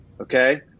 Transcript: Okay